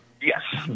Yes